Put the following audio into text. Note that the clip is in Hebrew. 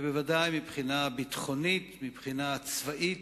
בוודאי מבחינה ביטחונית, מבחינה צבאית,